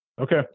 Okay